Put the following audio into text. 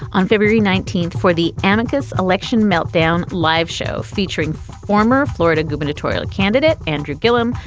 on february nineteenth for the anarchists election meltdown live show featuring former florida gubernatorial candidate andrew guilherme.